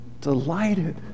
delighted